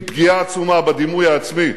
עם פגיעה עצומה בדימוי העצמי